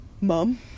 Mom